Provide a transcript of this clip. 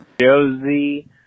Josie